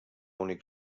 únic